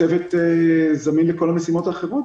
הצוות זמין לכל המשימות האחרות.